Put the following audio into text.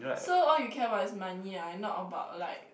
so all you care about is money ah and not about like